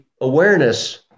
awareness